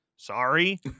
Sorry